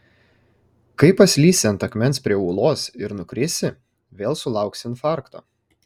kai paslysi ant akmens prie ūlos ir nukrisi vėl sulauksi infarkto